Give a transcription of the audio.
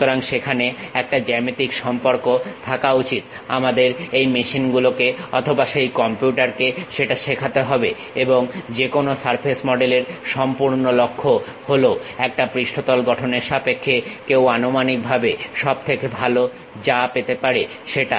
সুতরাং সেখানে একটা জ্যামিতিক সম্পর্ক থাকা উচিত আমাদের এই মেশিনগুলোকে অথবা সেই কম্পিউটারকে সেটা শেখাতে হবে এবং যেকোনো সারফেস মডেলের সম্পূর্ণ লক্ষ্য হলো একটা পৃষ্ঠতল গঠনের সাপেক্ষে কেউ আনুমানিকভাবে সবথেকে ভালো যা পেতে পারে সেটা